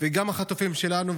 וגם את החטופים שלנו.